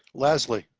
leslie